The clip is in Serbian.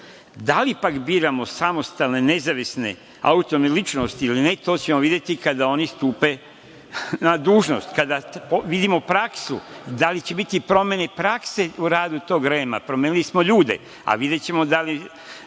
Da li pak biramo samostalne, nezavisne autonomne ličnosti ili ne, to ćemo videti kada oni stupe na dužnost, kada vidimo praksu, da li će biti promene prakse u radu tog REM. Promenili smo ljude, a videćemo da li